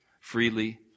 freely